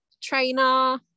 trainer